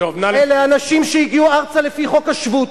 אלה אנשים שהגיעו ארצה לפי חוק השבות,